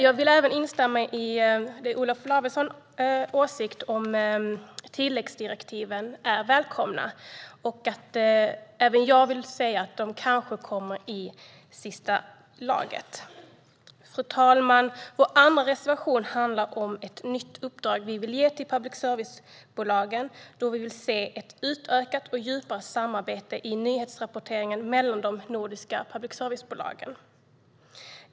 Jag vill även instämma i det Olof Lavesson sa om att tilläggsdirektiven är välkomna. Och även jag tycker att de kanske kommer i senaste laget. Fru talman! Vår andra reservation handlar om ett nytt uppdrag som vi vill ge public service-bolagen. Vi vill se ett utökat och djupare samarbete om nyhetsrapporteringen mellan de nordiska public service-bolagen.